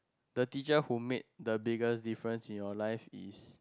the teacher who made the biggest difference in your life is